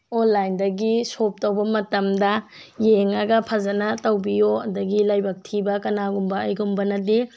ꯑꯣꯟꯂꯥꯏꯟꯗꯤ shop ꯇꯧꯕ ꯃꯇꯝꯗ ꯌꯦꯡꯉꯒ ꯐꯖꯅ ꯇꯧꯕꯤꯌꯣ ꯑꯗꯨꯗꯒꯤ ꯂꯥꯏꯕꯛ ꯊꯤꯕ ꯀꯅꯥꯒꯨꯝꯕ ꯑꯩꯒꯨꯝꯕꯅꯗꯤ